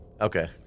Okay